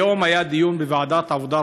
היום היה דיון בוועדת העבודה,